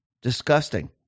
Disgusting